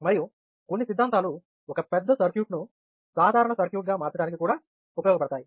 మరియు కొన్ని సిద్ధాంతాలు ఒక పెద్ద సర్క్యూట్ను సాధారణ సర్క్యూట్గా మార్చడానికి కూడా ఉపయోగించబడతాయి